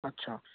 अच्छा